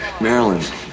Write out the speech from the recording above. Maryland